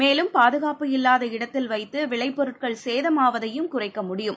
மேலும் பாதுகாப்பு இல்லாத இடத்தில் வைத்துவிளைபொருட்கள் சேதமாவதையும் குறைக்க முடியும்